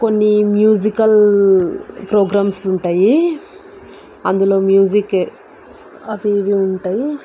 కొన్ని musical programs ఉంటాయి అందులో మ్యూజిక్ అవీ ఇవీ ఉంటాయి